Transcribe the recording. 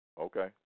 Okay